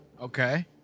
Okay